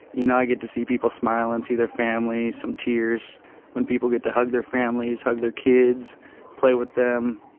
you know i get to see people smile and see their families and um tears when people get to hug their families, hug their kids play with them.